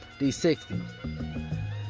D60